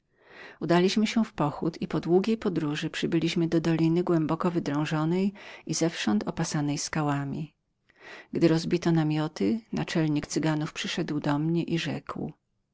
udaliśmy się w pochód i po długiej podróży przybyliśmy do doliny głęboko wydrążonej i zewsząd opasanej skałami gdy rozbito namioty naczelnik cyganów przyszedł do mnie i rzekł